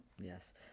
Yes